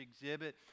Exhibit